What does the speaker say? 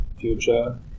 future